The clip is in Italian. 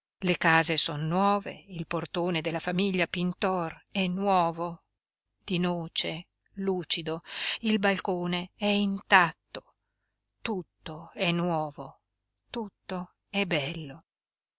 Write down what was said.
le case son nuove il portone della famiglia pintor è nuovo di noce lucido il balcone è intatto tutto è nuovo tutto è bello